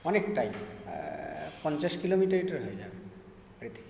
অনেকটাই পঞ্চাশ কিলোমিটার হয়ে যাবে এটি